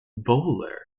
bowler